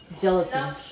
gelatin